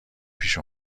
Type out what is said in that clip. پیش